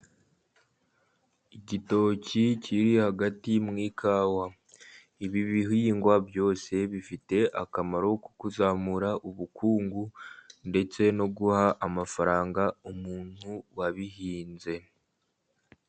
Igitoki kiri hagati mu ikawa. Ibi bihingwa byose bifite akamaro ko kuzamura ubukungu, ndetse no guha amafaranga umuntu wabihinze.